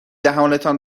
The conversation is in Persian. دهانتان